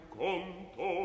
conto